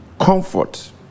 comfort